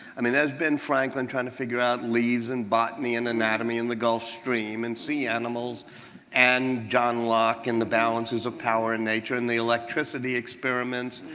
i mean, there's been franklin trying to figure out leaves and botany and anatomy and the gulf stream and sea animals and john locke and the balances of power in nature and the electricity experiments.